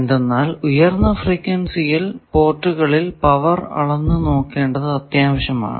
എന്തെന്നാൽ ഉയർന്ന ഫ്രീക്വൻസിയിൽ പോർട്ടുകളിൽ പവർ അളന്നു നോക്കേണ്ടത് അത്യാവശ്യമാണ്